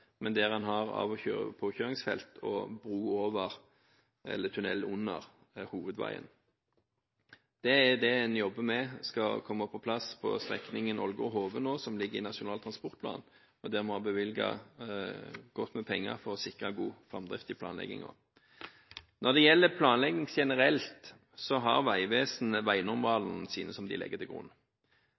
men en har av- og påkjøringsfelt og bro over eller tunnel under hovedveien. Det er det en jobber med skal komme på plass på strekningen Ålgård–Hove nå, som ligger i Nasjonalt transportplan, der vi har bevilget godt med penger for å sikre god framdrift i planleggingen. Når det gjelder planlegging generelt, har Vegvesenet veinormalene sine som de legger til grunn.